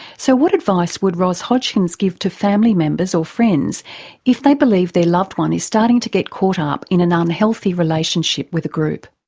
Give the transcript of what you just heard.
so what advice would ros hodgkins give to family members or friends if they believed their loved one is starting to get caught up in an ah unhealthy relationship with a group?